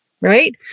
right